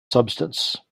substance